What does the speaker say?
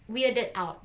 weirded out